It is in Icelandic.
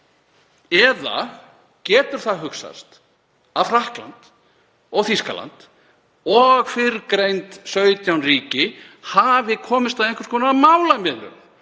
Eða getur hugsast að Frakkland og Þýskaland og fyrrgreind 17 ríki hafi komist að einhvers konar málamiðlun